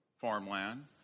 farmland